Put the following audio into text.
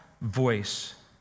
voice